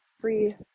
free